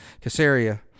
Caesarea